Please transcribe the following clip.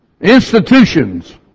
Institutions